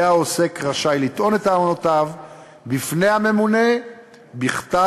יהיה העוסק רשאי לטעון את טענותיו בפני הממונה בכתב